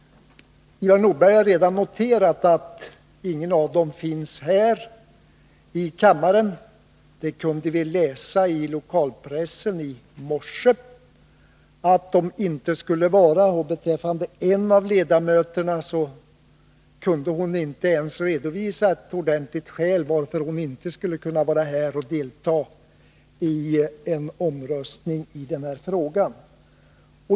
Ivar Nordberg har redan noterat att ingen av dem finns här i kammaren. Vi kunde läsa i lokalpressen i morse att de inte skulle vara här. En av ledamöterna kunde inte ens redovisa ett ordentligt skäl för att hon inte skulle kunna vara här och delta i en omröstning i frågan.